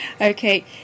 Okay